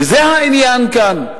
וזה העניין כאן,